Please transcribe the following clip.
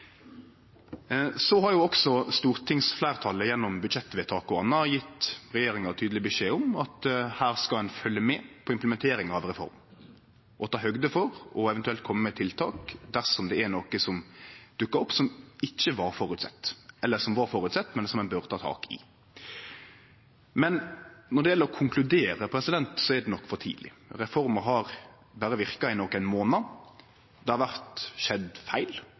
Så har også stortingsfleirtalet gjennom budsjettvedtak og anna gjeve regjeringa tydeleg beskjed om at her skal ein følgje med på implementeringa av reforma og ta høgd for og eventuelt kome med tiltak dersom det er noko som dukkar opp som ikkje var føresett, eller som var føresett, men som ein bør ta tak i. Men når det gjeld å konkludere, er det nok for tidleg. Reforma har berre verka i nokre månader. Det har skjedd feil